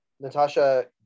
Natasha